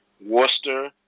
Worcester